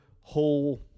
whole